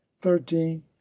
thirteen